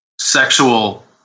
sexual